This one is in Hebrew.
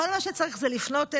כל מה שצריך זה לפנות אליהם,